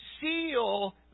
seal